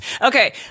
Okay